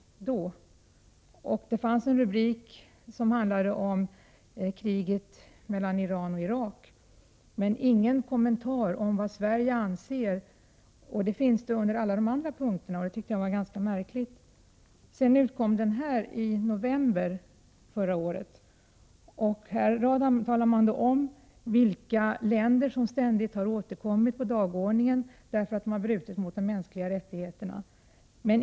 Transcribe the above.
Det var ett kapitel som handlade om kriget mellan Iran och Irak, men där fanns ingen kommentar om Sveriges inställning, även om den fanns redovisad under alla andra punkter. Det var ganska märkligt. Den andra skriften kom ut i november förra året. Där talar man om vilka länder som ständigt har återkommit på dagordningen därför att de har brutit mot de mänskliga rättigheterna.